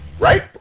Right